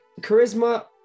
charisma